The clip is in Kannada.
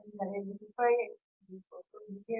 ಈ ಪ್ರದೇಶವು m² ಆಗಿರುತ್ತದೆ